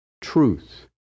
truth